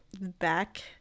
back